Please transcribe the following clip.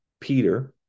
Peter